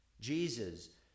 Jesus